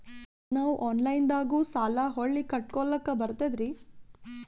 ನಾವು ಆನಲೈನದಾಗು ಸಾಲ ಹೊಳ್ಳಿ ಕಟ್ಕೋಲಕ್ಕ ಬರ್ತದ್ರಿ?